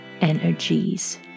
energies